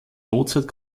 mozart